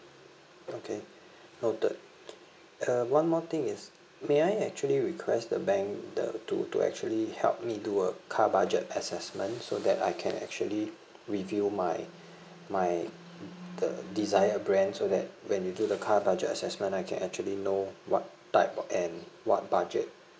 okay noted uh one more thing is may I actually request the bank the to to actually help me do a car budget assessment so that I can actually review my my the desired brand so that when you do the car budget assessment I can actually know what type and what budget